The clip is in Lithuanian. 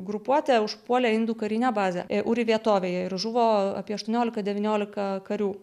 grupuotė užpuolė indų karinę bazę uri vietovėje ir žuvo apie aštuoniolika devyniolika karių